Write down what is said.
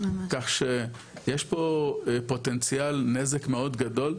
כך שיש פה פוטנציאל נזק מאוד גדול,